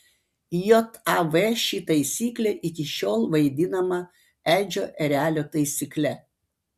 jav ši taisyklė iki šiol vaidinama edžio erelio taisykle